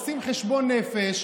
עושים חשבון נפש,